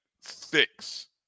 six